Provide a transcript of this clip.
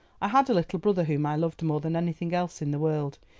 i had a little brother whom i loved more than anything else in the world,